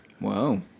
Wow